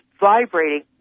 vibrating